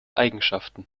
eigenschaften